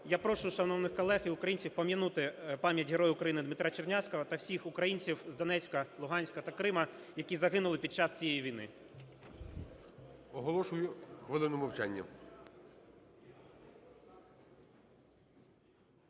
Я прошу шановних колег і українців пом'янути пам'ять Героя України Дмитра Чернявського та всіх українців з Донецька, Луганська та Криму, які загинули під час цієї війни. ГОЛОВУЮЧИЙ. Оголошую хвилину мовчання.